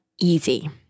easy